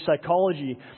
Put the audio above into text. psychology